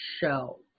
show